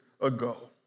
ago